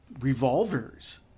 revolvers